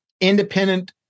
independent